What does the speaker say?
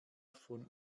von